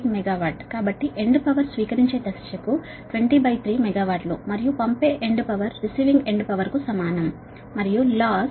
538 megawatt కాబట్టి ప్రతి phase కు స్వీకరించే ఎండ్ పవర్ 203 మెగావాట్లు మరియు ప్రతి ఫేజ్ కు పంపే end power receiving end power కు సమానం మరియు లాస్ 203 0